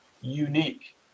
unique